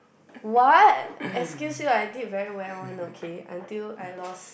what excuse me I did very well one okay until I lost